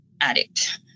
addict